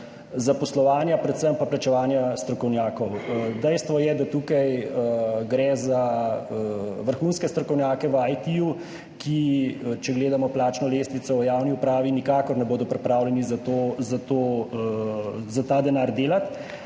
zaposlovanja, predvsem pa plačevanja strokovnjakov. Dejstvo je, da gre tu za vrhunske strokovnjake v IT, ki, če gledamo plačno lestvico v javni upravi, nikakor ne bodo pripravljeni za ta denar delati,